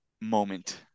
moment